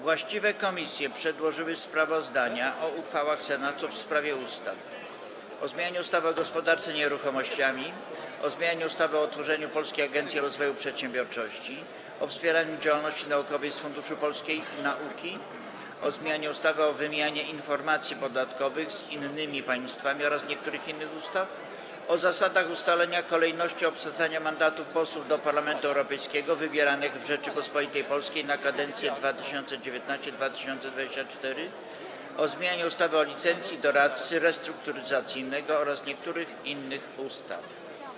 Właściwe komisje przedłożyły sprawozdania o uchwałach Senatu w sprawie ustaw: - o zmianie ustawy o gospodarce nieruchomościami, - o zmianie ustawy o utworzeniu Polskiej Agencji Rozwoju Przedsiębiorczości, - o wspieraniu działalności naukowej z Funduszu Polskiej Nauki, - o zmianie ustawy o wymianie informacji podatkowych z innymi państwami oraz niektórych innych ustaw, - o zasadach ustalenia kolejności obsadzania mandatów posłów do Parlamentu Europejskiego wybieranych w Rzeczypospolitej Polskiej na kadencję 2019–2024, - o zmianie ustawy o licencji doradcy restrukturyzacyjnego oraz niektórych innych ustaw.